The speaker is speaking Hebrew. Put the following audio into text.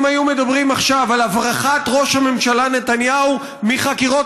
אם היו מדברים עכשיו על הברחת ראש הממשלה נתניהו מחקירות